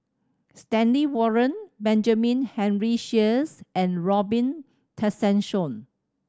Stanley Warren Benjamin Henry Sheares and Robin Tessensohn